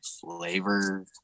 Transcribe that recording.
flavor